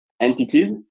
entities